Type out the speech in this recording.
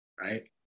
right